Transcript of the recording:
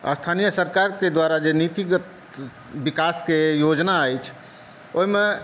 स्थानीय सरकारके द्वारा जे नीतिगत विकासक योजना अछि ओहिमे